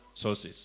sources